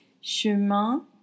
Chemin